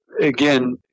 again